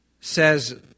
says